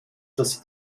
das